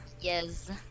Yes